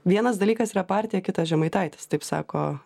vienas dalykas yra partija kitas žemaitaitis taip sako